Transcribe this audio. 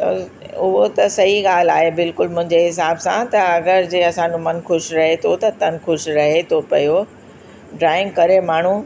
त उहो त सही ॻाल्हि आहे बिल्कुल मुंहिंजे हिसाब सां त अगरि जे असांजो मनु ख़ुशि रहे थो त तन ख़ुशि रहे थो पियो ड्रॉइंग करे माण्हू